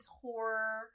horror